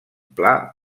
pla